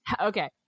Okay